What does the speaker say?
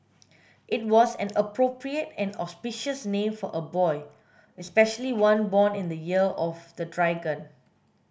it was an appropriate and auspicious name for a boy especially one born in the year of the dragon